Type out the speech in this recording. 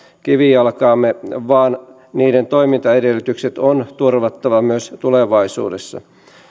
kivijalkaamme vaan niiden toimintaedellytykset on turvattava myös tulevaisuudessa